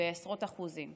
בעשרות אחוזים.